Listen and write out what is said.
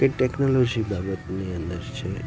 કે ટેકનોલોજી બાબતની અંદર છે